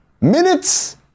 minutes